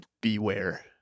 beware